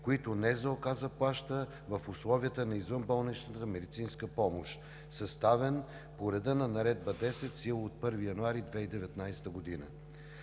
които НЗОК заплаща в условията на извънболничната медицинска помощ, съставен по реда на Наредба № 10, в сила от 1 януари 2019 г.